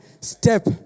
step